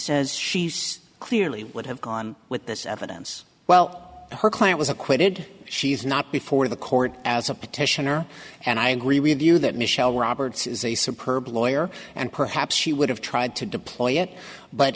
says she's clearly would have gone with this evidence well her client was acquitted she's not before the court as a petitioner and i agree with you that michelle roberts is a superb lawyer and perhaps she would have tried to deploy it but